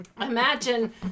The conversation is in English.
Imagine